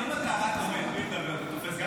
אם אתה רק עומד ולא מדבר, גם זה תופס?